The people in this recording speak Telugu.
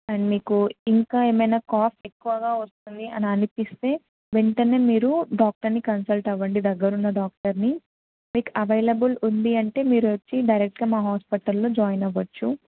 అండ్ మీకు ఇంకా ఏమైనా కాఫ్ ఎక్కువగా వస్తుంది అని అనిపిస్తే వెంటనే మీరు డాక్టర్ని కన్సల్ట్ అవ్వండి దగ్గరున్న డాక్టర్ని మీకు అవైలబుల్ ఉంది అంటే మీరొచ్చి డైరెక్ట్గా మా హాస్పిటల్లో జాయిన్ అవ్వచ్చు